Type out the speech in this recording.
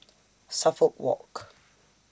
Suffolk Walk